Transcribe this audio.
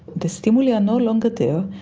the stimuli are no longer there,